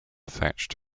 thatched